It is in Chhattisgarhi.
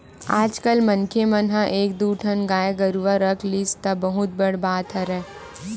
आजकल मनखे मन ह एक दू ठन गाय गरुवा रख लिस त बहुत बड़ बात हरय